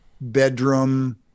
bedroom